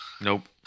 Nope